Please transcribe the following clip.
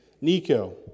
Nico